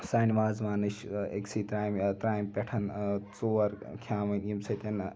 سانہٕ وازوانٕچ أکسی ترامہِ ترامِہ پٮ۪ٹھ ژور کھیاوٕنۍ یمہِ سۭتۍ